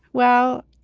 well,